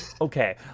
okay